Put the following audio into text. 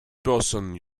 person